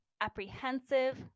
apprehensive